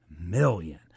million